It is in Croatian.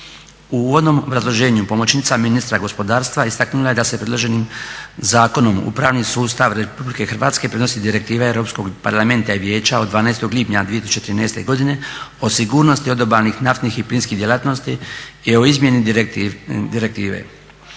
U uvodnom obrazloženju pomoćnica ministra gospodarstva istaknula je da se predloženim zakonom u pravni sustav Republike Hrvatske prenose direktive Europskog parlamenta i vijeća od 12. lipnja 2013. godine o sigurnosti odobalnih naftnih i plinskih djelatnosti i o izmjeni direktive.